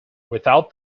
without